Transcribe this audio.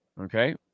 Okay